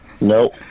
no